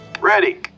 Ready